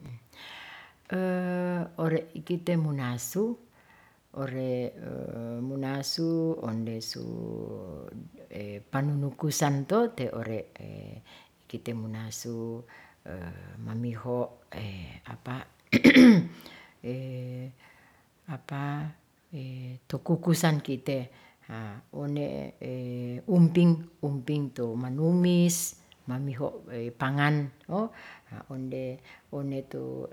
ore' ikite munasu, ore' munasu ondesu panunukusan to te ore' kite munasu mamiho' to kukusan kite haa one unting, umping tu manumis mamiho pangan to onde, onde tu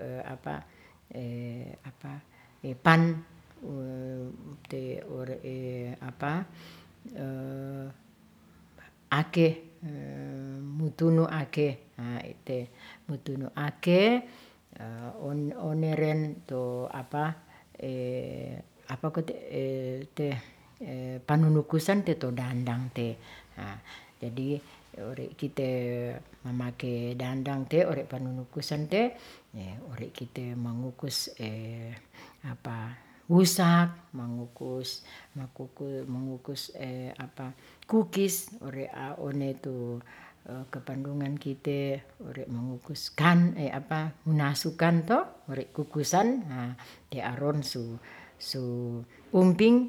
ore'e ake mutunu ake. oneren tu panunukusan teto dandang te. Haa jadi ore' kite mamake dandang te ore' panunukusan te ore' kite mangukus wusak, mangukus kukis, ore' one tu kapandungan kite ore mangukus munasukan to ore' kukusan te aron su umping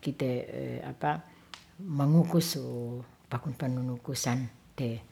kite mangukus su paku panunukusan te.